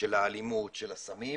של האלימות ושל הסמים,